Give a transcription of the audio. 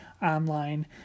online